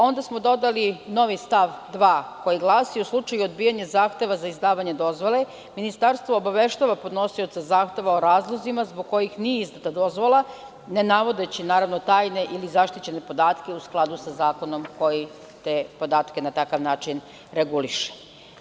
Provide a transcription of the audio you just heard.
Onda smo dodali novi stav 2. koji glasi – u slučaju odbijanja zahteva za izdavanje dozvole, ministarstvo obaveštavam podnosioca zahteva o razlozima zbog kojih nije izdata dozvola, ne navodeći tajne ili zaštićene podatke u skladu sa zakonom koji te podatke na takav način reguliše.